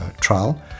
trial